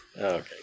okay